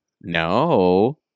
No